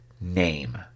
name